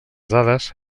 dades